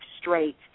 straight